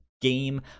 game